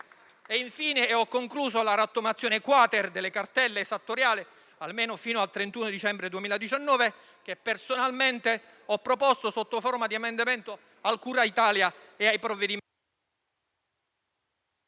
Infine, la rottamazione *quater* delle cartelle esattoriali, almeno fino al 31 dicembre 2019, che personalmente ho proposto sotto forma di emendamento al cura Italia e ai provvedimenti...